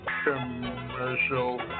Commercial